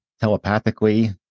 telepathically